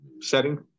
setting